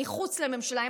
מחוץ לממשלה,